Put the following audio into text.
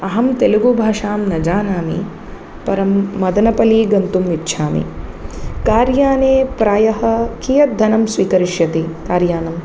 अहं तेलुगुभाषां न जानामि परं मदनपल्ली गन्तुम् इच्छामि कार्याने प्रायः कीयद्धनं स्वीकरिष्यति कार्यानं